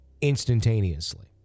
instantaneously